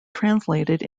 translated